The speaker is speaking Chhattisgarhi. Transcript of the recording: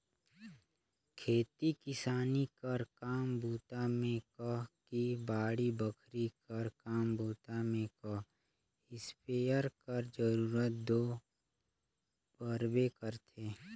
खेती किसानी कर काम बूता मे कह कि बाड़ी बखरी कर काम बूता मे कह इस्पेयर कर जरूरत दो परबे करथे